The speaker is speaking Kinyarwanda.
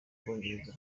bwongereza